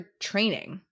training